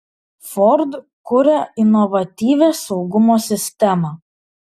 ford kuria inovatyvią saugumo sistemą